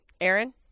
Aaron